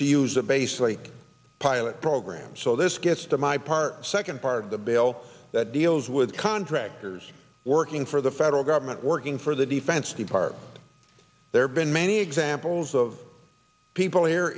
to use a basically a pilot program so this gets to my part the second part of the bill that deals with contractors working for the federal government again for the defense department there have been many examples of people here